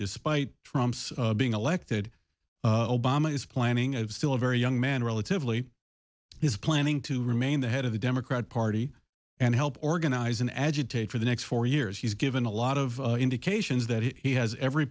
despite trumps being elected obama is planning of still a very young man relatively he's planning to remain the head of the democratic party and help organize and agitate for the next four years he's given a lot of indications that he has every